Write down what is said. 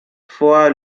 fois